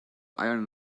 iron